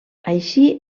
així